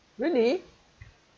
really